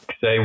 Say